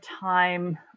time